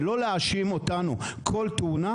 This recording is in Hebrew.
ולא להאשים אותנו כי בכול תאונה,